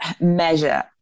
measure